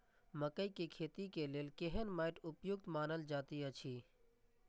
मकैय के खेती के लेल केहन मैट उपयुक्त मानल जाति अछि?